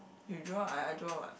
you draw I I draw what